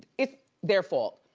it's their fault.